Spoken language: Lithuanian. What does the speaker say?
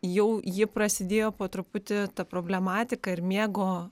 jau ji prasidėjo po truputį ta problematika ir miego